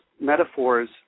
metaphors